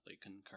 concur